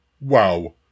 Wow